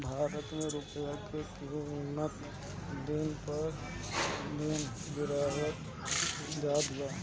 भारत के रूपया के किमत दिन पर दिन गिरत जात बा